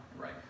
Right